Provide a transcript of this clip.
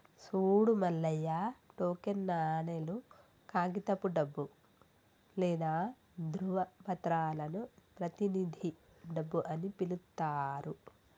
సూడు మల్లయ్య టోకెన్ నాణేలు, కాగితపు డబ్బు లేదా ధ్రువపత్రాలను ప్రతినిధి డబ్బు అని పిలుత్తారు